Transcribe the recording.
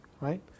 right